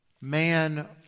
Man